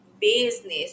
business